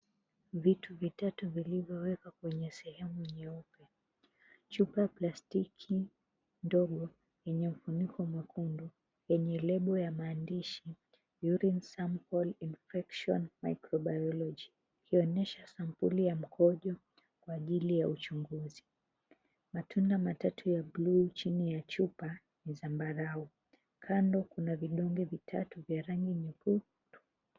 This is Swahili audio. Vitu vitatu vilivyowekwa kwenye sehemu nyeupe. Chupa ya plastiki ndogo yenye ufuniko mwekundu yenye lebo ya maandishi Urine sample infection microbiology ikionyesha sampuli ya mkojo kwa ajili ya uchunguzi. Matunda matatu ya blue chini ya chupa ni zambarau. Kando kuna vidonge vitatu vya rangi nyekundu.